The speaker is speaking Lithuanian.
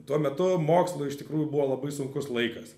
tuo metu mokslui iš tikrųjų buvo labai sunkus laikas